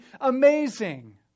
amazing